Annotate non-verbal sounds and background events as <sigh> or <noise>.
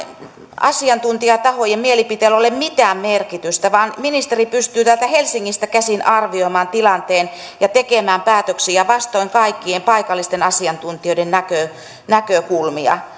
asiantuntijatahojen mielipiteellä ole mitään merkitystä vaan ministeri pystyy täältä helsingistä käsin arvioimaan tilanteen ja tekemään päätöksiä vastoin kaikkien paikallisten asiantuntijoiden näkökulmia <unintelligible>